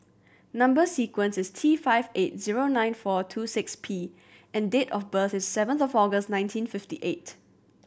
number sequence is T five eight zero nine four two six P and date of birth is seventh of August nineteen fifty eight